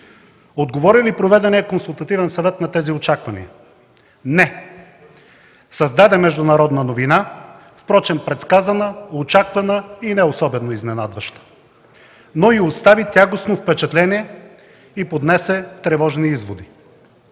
Отговори ли проведеният Консултативен съвет на тези очаквания? Не. Създаде международна новина, впрочем предсказана, очаквана и не особено изненадваща. Но и остави тягостно впечатление и поднесе тревожни изводи.